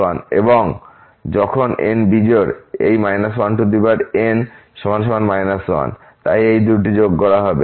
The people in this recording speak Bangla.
এবং যখন n বিজোড় এই 1n 1 তাই এই দুটি যোগ করা হবে